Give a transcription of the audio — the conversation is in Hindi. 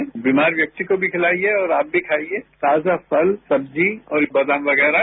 श्रीमार व्यक्ति को भी खिलाइए और आप भी खाइए ताज फल सब्ती और बादाम वगैरह